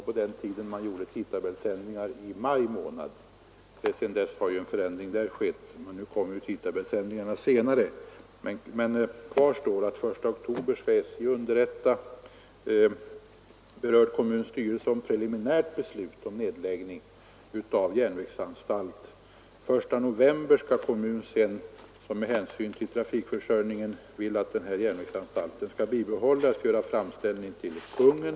På den tiden genomförde man tidtabellsförändringar i maj månad. Sedan dess har en förändring skett, så att tidtabellsändringarna nu kommer en månad senare. Kvar står emellertid att SJ senast den 1 oktober skall underrätta berörd kommuns styrelse om preliminärt beslut om nedläggning av järnvägsanstalt. Sedan den 1 november skall kommun, om den med hänsyn till trafikförsörjningen vill att denna järnvägsanstalt skall behållas, göra framställning härom till Konungen.